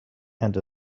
and